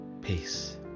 peace